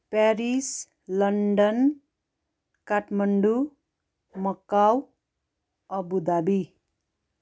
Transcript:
Paris London Kathmandu Macau Abu Dhabi